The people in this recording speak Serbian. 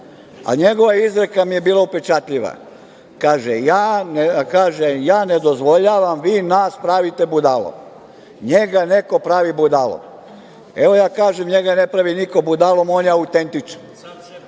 a njegova izreka mi je bila upečatljiva. Kaže - ja ne dozvoljavam, vi nas pravite budalom. Njega neko pravi budalom! Evo, ja kažem, njega ne pravi niko budalom, on je autentičan.